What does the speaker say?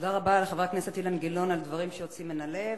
תודה רבה לחבר הכנסת אילן גילאון על דברים שיוצאים מן הלב.